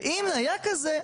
ואם היה כזה,